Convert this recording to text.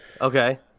okay